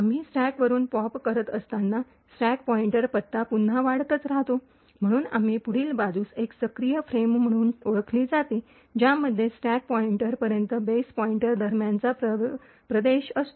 आम्ही स्टॅकवरून पॉप करत असताना स्टॅक पॉईंटर पत्ता पुन्हा वाढतच राहतो म्हणून आम्ही पुढील बाजूस एक सक्रिय फ्रेम म्हणून ओळखली जाते ज्यामध्ये स्टॅक पॉईन्टर पर्यंत बेस पॉईंटर दरम्यानचा प्रदेश असतो